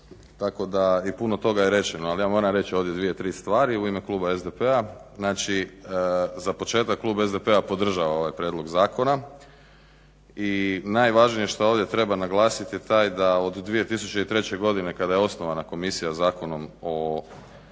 u downu i puno toga je rečeno, ali ja moram reći ovdje dvije, tri stvari u ime kluba SDP-a. Znači, za početak klub SDP-a podržava ovaj prijedlog zakona i najvažnije što ovdje treba naglasiti je to da od 2003. godine kada je osnovana komisija Zakonom o